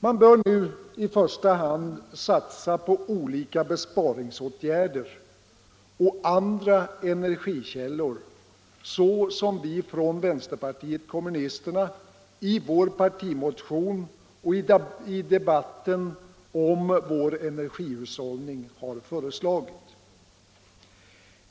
Man bör nu i första hand satsa på olika besparingsåtgärder och andra energikällor, så som vi från vänsterpartiet kommunisterna föreslagit i vår partimotion och i debatten om vår energihushållning.